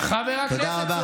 תודה רבה,